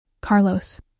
Carlos